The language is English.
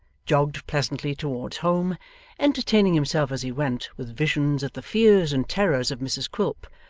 jogged pleasantly towards home entertaining himself as he went with visions of the fears and terrors of mrs quilp,